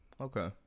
Okay